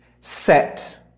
set